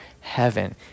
heaven